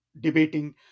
debating